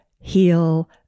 heal